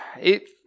it-